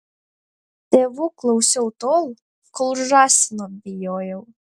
tėvų klausiau tol kol žąsino bijojau